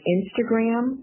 Instagram